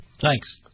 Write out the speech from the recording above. Thanks